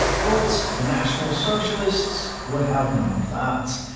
but the national socialists would have none of that.